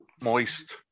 Moist